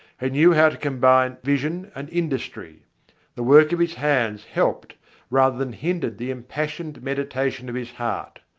he knew how to combine vision and industry the work of his hands helped rather than hindered the impassioned meditation of his heart.